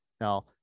now